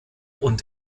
und